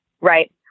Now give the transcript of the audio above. right